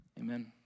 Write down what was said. Amen